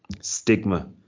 stigma